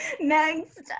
Next